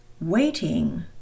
Waiting